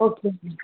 okay ma'am